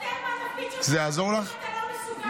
תתפטר מהתפקיד שלך, אם אתה לא מסוגל.